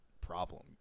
problem